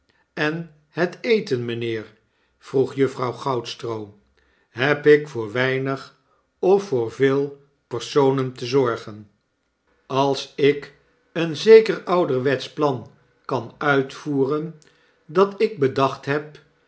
en het eten mynheer vroeg juffrouw goudstroo heb ik voor weinig of voor veel personen te zorgen als ik een zeker ouderwetsch plan kan uitvoeren dat ik bedacht heb